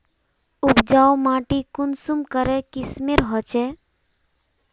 उपजाऊ माटी कुंसम करे किस्मेर होचए?